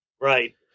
Right